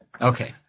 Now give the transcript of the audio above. Okay